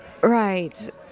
Right